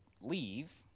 leave